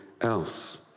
else